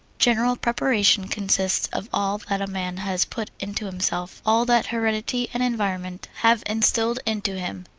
general preparation consists of all that a man has put into himself, all that heredity and environment have instilled into him,